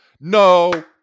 No